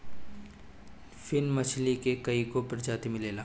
फिन मछरी के कईगो प्रजाति मिलेला